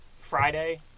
Friday